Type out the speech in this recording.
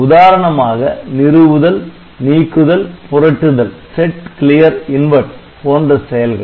உதாரணமாக நிறுவுதல் நீக்குதல்புரட்டுதல் SetClearInvert போன்ற செயல்கள்